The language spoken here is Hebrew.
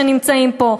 שנמצאים פה,